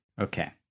Okay